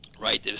right